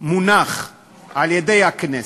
מונח על-ידי הכנסת,